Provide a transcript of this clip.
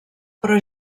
però